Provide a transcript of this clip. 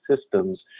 systems